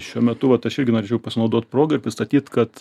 šiuo metu vat aš irgi norėčiau pasinaudot proga ir pristatyt kad